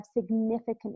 significant